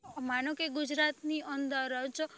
માનો કે ગુજરાતની અંદર જ